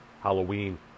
Halloween